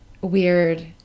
weird